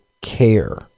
care